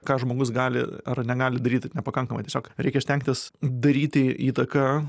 ką žmogus gali ar negali daryti nepakankamai tiesiog reikia stengtis daryti įtaką